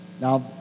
Now